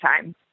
time